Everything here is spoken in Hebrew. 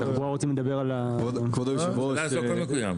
אנחנו לא רוצים על --- ש"ס הכול מקוים.